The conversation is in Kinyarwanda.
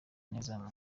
neza